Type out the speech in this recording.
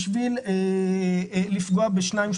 רק בשביל לפגוע בשניים,